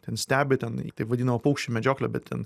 ten stebi ten į taip vadinama paukščių medžioklė bet ten